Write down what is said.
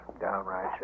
Downright